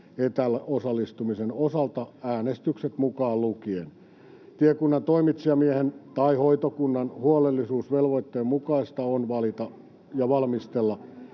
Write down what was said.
etäosallistumisen osalta, äänestykset mukaan lukien. Tiekunnan toimitsijamiehen tai hoitokunnan huolellisuusvelvoitteen mukaista on valita ja valmistella